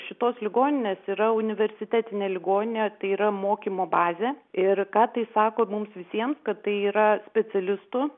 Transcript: šitos ligoninės yra universitetinė ligoninė tai yra mokymo bazė ir ką tai sako mums visiems kad tai yra specialistų